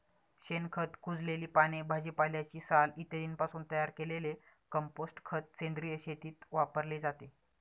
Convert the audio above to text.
शेणखत, कुजलेली पाने, भाजीपाल्याची साल इत्यादींपासून तयार केलेले कंपोस्ट खत सेंद्रिय शेतीत वापरले जाते